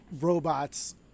robots